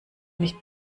nicht